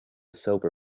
sober